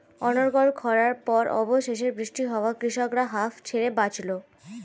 অনর্গল খড়ার পর অবশেষে বৃষ্টি হওয়ায় কৃষকরা হাঁফ ছেড়ে বাঁচল